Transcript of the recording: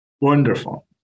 Wonderful